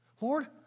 Lord